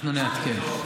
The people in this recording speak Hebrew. אנחנו נעדכן.